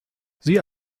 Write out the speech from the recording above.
sie